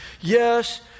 Yes